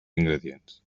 ingredients